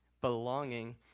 belonging